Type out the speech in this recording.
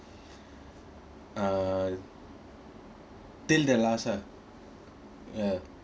uh till the last ah ya